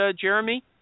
Jeremy